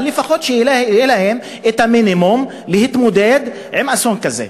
אבל לפחות שיהיה להם המינימום להתמודד עם אסון כזה.